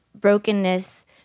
brokenness